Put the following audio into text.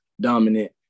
dominant